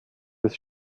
des